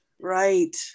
Right